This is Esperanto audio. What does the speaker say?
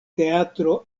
teatro